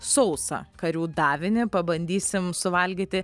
sausą karių davinį pabandysim suvalgyti